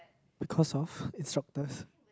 because of instructors